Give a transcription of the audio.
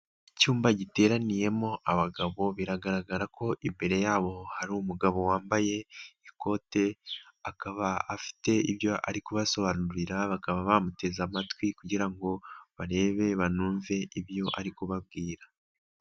Icyumba giteraniyemo abagabo biragaragara ko imbere yabo hari umugabo wambaye ikote, akaba afite ibyo ari kubasobanurira bakaba bamuteze amatwi kugira ngo barebe banumve ibyo ari kubabwira.